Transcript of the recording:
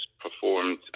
performed